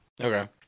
Okay